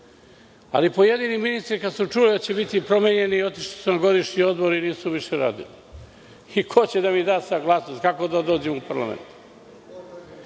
Pojedini ministri kada su čuli da će biti promenjeni, otišli su na godišnji odmor i nisu više radili. Ko će da mi da saglasnost? Kako da dođem u